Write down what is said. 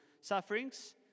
sufferings